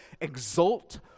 exult